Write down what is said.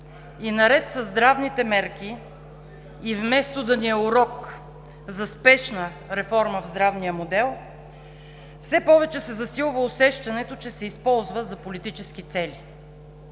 и наред със здравните мерки и вместо да ни е урок за спешна реформа в здравния модел, все повече се засилва усещането, че се използва за политически цели.